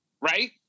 Right